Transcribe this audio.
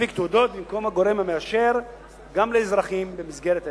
להנפיק תעודות במקום הגורם המאשר גם לאזרחים במסגרת עסק.